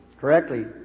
Correctly